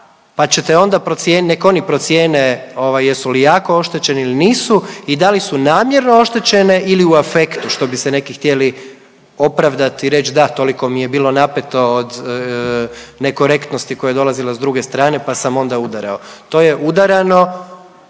procijenit, nek oni procijene ovaj jesu li jako oštećene ili nisu i da li su namjerno oštećene ili u afektu, što bi se neki htjeli opravdati i reć da toliko mi je bilo napeto od nekorektnosti koja je dolazila s druge strane, pa sam onda udarao. To je udarano